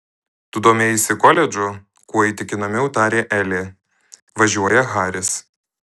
tu domėjaisi koledžu kuo įtikinamiau tarė elė važiuoja haris